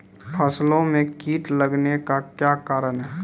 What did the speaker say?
फसलो मे कीट लगने का क्या कारण है?